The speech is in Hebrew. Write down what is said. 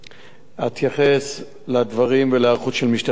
אתייחס לדברים ולהיערכות של משטרת ישראל: